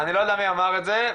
אני לא יודע מי אמר את זה,